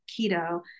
keto